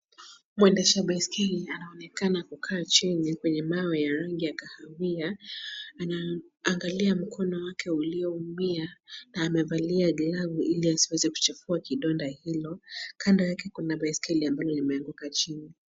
Mwendesha baiskeli anaonekana kukaa chini kwenye mawe ya rangi ya kahawia. Anaangalia mkono wake ulioumia na amevalia glavu ili asiwezi kuchafua kidonda hilo. Kando yake kuna baiskeli ambalo limeanguka chini.